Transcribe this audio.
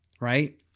right